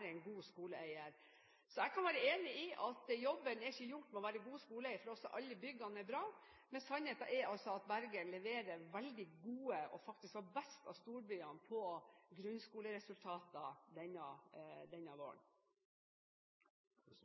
være en god skoleeier. Så jeg kan være enig i at jobben med å være en god skoleeier ikke er gjort før også alle byggene er bra, men sannheten er altså at Bergen leverer veldig gode resultater, og var faktisk best av storbyene på grunnskoleresultater denne våren. Det er